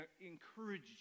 encourage